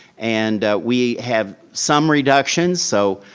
and we have some reductions, so,